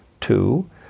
Two